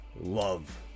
love